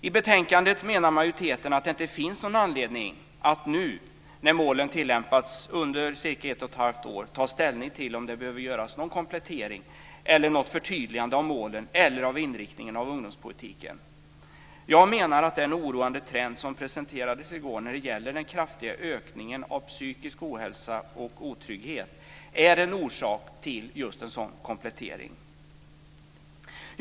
I betänkandet menar majoriteten att det inte finns någon anledning att nu, när målen tillämpats under ca 1 1⁄2 år, ta ställning till om det behöver göras någon komplettering eller något förtydligande av målen eller av inriktningen av ungdomspolitiken. Jag menar att den oroande trend som presenterades i går när det gäller den kraftiga ökningen av psykisk ohälsa och otrygghet är en orsak till just en sådan komplettering.